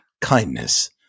kindness